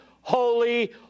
Holy